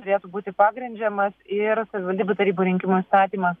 turėtų būti pagrindžiamas ir savivaldybių tarybų rinkimų įstatymas